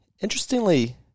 Interestingly